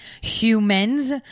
humans